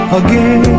again